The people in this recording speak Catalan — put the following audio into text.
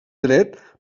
dret